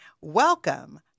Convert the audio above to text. welcome